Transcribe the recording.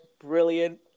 brilliant